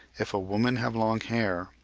if a woman have long hair,